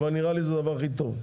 אבל נראה לי שזה הדבר הכי טוב.